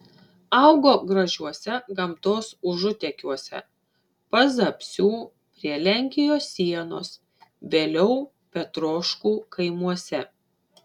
augo gražiuose gamtos užutekiuose pazapsių prie lenkijos sienos vėliau petroškų kaimuose